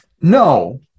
no